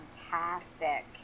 fantastic